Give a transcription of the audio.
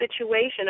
situation